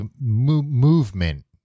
movement